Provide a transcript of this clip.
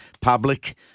public